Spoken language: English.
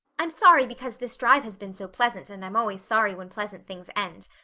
i'm sorry because this drive has been so pleasant and i'm always sorry when pleasant things end.